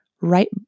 right